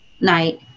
night